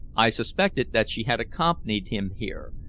i suspected that she had accompanied him here.